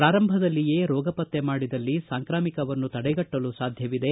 ಪ್ರಾರಂಭದಲ್ಲಿಯೇ ರೋಗ ಪತ್ತೆ ಮಾಡಿದಲ್ಲಿ ಸಾಂಕ್ರಾಮಿಕವನ್ನು ತಡೆಗಟ್ಟಲು ಸಾಧ್ಯವಿದೆ